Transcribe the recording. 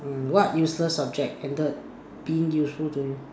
mm what useless subject ended up being useful to you